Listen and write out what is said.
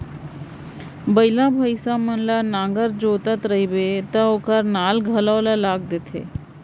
बइला, भईंसा मन ल नांगर जोतत रइबे त ओकर नाल घलौ ल लाग देथे